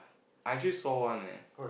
I actually saw one eh